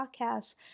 podcast